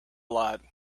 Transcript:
lot